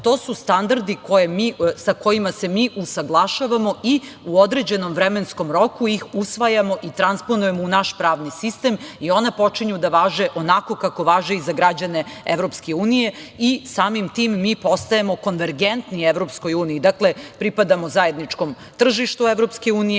to su standardi sa kojima se mi usaglašavamo i u određenom vremenskom roku usvajamo i transponujemo u naš pravni sistem i ona počinju da vaše onako kako važe za građane EU i samim tim mi postajemo konvergentni EU. Dakle, pripadamo zajedničkom tržištu EU i,